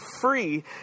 free